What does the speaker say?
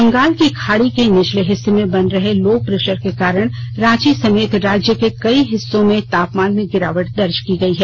बंगाल की खाड़ी के निचले हिस्से में बन रहे लो प्रेशर के कारण रांची समेत राज्य के कई हिस्सों में तापमान में गिरावट दर्ज की गई है